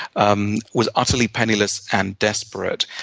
um was utterly penniless and desperate.